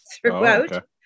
throughout